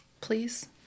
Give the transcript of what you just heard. please